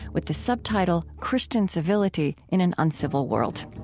with the subtitle christian civility in an uncivil world.